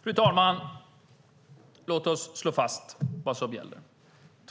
Fru talman! Låt oss slå fast vad som gäller: